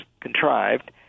contrived